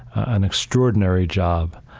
an extraordinary job,